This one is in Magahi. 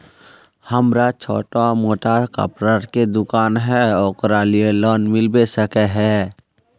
हमरा छोटो मोटा कपड़ा के दुकान है ओकरा लिए लोन मिलबे सके है?